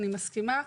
אני מסכימה.